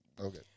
Okay